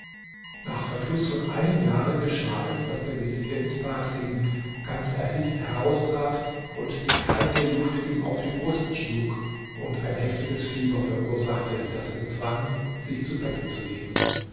nach verfluß von einem jahre geschah es daß der vezier ins bad ging ganz erhitzt heraustrat und die kalte luft ihm auf die brust schlug und ein heftiges fieber verursachte das ihn zwang sich zu bette zu legen